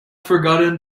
forgotten